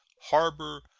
harbor,